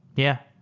yeah.